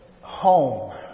home